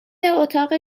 اتاق